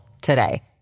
today